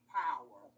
power